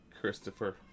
Christopher